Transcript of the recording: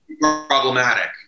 problematic